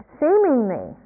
seemingly